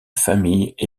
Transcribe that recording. famille